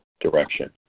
direction